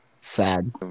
sad